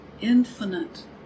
infinite